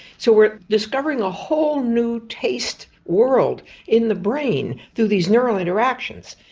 so we're discovering a whole new taste world in the brain through these neural interactions.